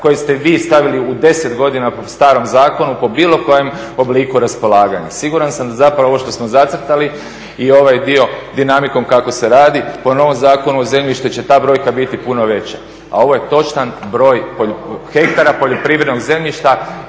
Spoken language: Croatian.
koje ste vi stavili u 10 godina po starom zakonu, po bilo kojem obliku raspolaganja. Siguran sam da zapravo ovo što smo zacrtali i ovaj dio dinamikom kako se radi, po novom Zakonu o zemljištu će ta brojka biti puno veća. A ovo je točan broj hektara poljoprivrednog zemljišta